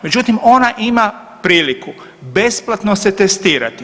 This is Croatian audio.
Međutim, ona ima priliku besplatno se testirati.